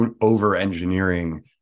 over-engineering